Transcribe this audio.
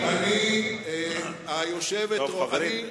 טוב, חברים.